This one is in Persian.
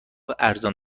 ارزان